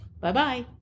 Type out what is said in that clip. Bye-bye